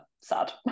sad